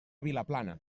vilaplana